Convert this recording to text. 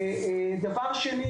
שנית,